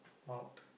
mouth